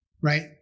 right